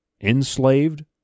enslaved